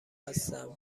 هستند